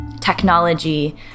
technology